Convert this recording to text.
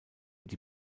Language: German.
die